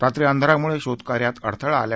रात्री अंधारामुळे शोध कार्यात अडथळा आला होता